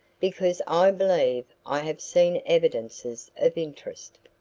because i believe i have seen evidences of interest.